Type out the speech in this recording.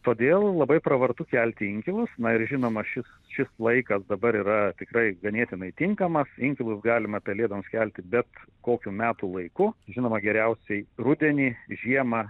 todėl labai pravartu kelti inkilus na ir žinoma šis šis laikas dabar yra tikrai ganėtinai tinkamas inkilus galima pelėdoms kelti bet kokiu metų laiku žinoma geriausiai rudenį žiemą